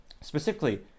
specifically